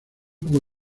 poco